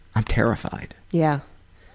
i'm terrified. yeah.